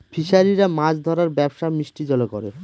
ফিসারিরা মাছ ধরার ব্যবসা মিষ্টি জলে করে